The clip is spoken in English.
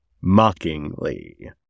mockingly